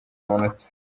manota